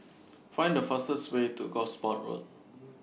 Find The fastest Way to Gosport Road